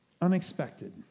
unexpected